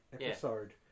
episode